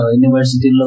university